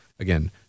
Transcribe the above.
Again